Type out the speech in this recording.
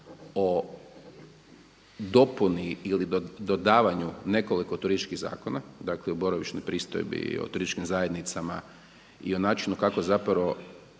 o dopuni ili dodavanju nekoliko turističkih zakona, dakle o boravišnoj pristojbi, o turističkim zajednicama i o načinu kako zapravo